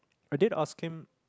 I did ask him